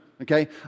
Okay